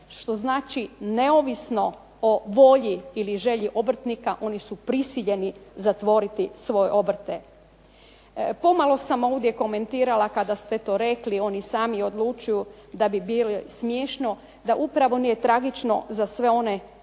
što znači neovisno o volji ili želji obrtnika oni su prisiljeni zatvoriti svoje obrte. Pomalo sam ovdje komentirala kada ste to rekli oni sami odlučuju, da bi bilo smiješno da upravo nije tragično za sve one koji